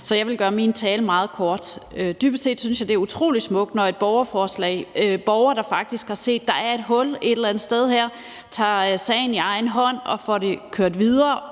så jeg vil gøre min tale meget kort. Dybest set synes jeg, det er utrolig smukt, når borgere faktisk har set, at der er et hul et eller andet sted her, tager sagen i egen hånd og får det kørt videre.